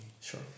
Sure